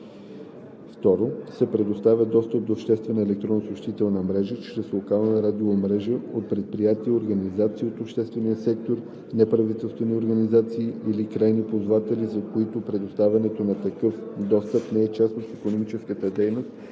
2. се предоставя достъп до обществена електронна съобщителна мрежа чрез локална радиомрежа от предприятия, организации от обществения сектор, неправителствени организации или крайни ползватели, за които предоставянето на такъв достъп не е част от икономическа дейност